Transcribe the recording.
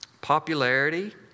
popularity